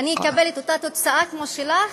אני אקבל את אותה תוצאה כמו שלך?